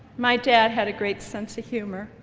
my dad had a great sense of humor,